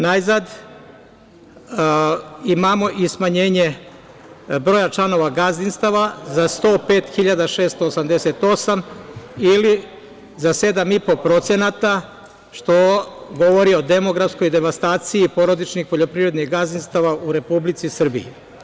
Najzad, imamo i smanjenje broja članova gazdinstava za 105.688 ili za 7,5% što govori o demografskoj devastaciji porodičnih poljoprivrednih gazdinstava u Republici Srbiji.